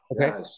okay